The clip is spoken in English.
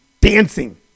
dancing